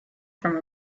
from